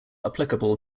applicable